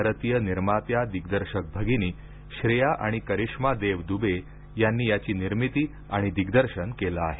भारतीय निर्मात्या दिग्दर्शक भगिनी श्रेया आणि करिष्मा देव दूबे यांनी याची निर्मिती आणि दिग्दर्शन केलं आहे